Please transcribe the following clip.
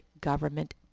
government